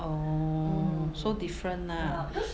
oh so different ah